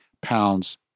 pounds